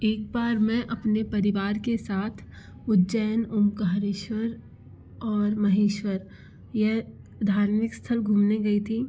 एक बार मैं अपने परिवार के साथ उज्जैन ओंकालेश्वर और महेश्वर यह धार्मिक स्थल घूमने गई थी